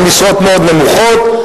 הן משרות מאוד נמוכות,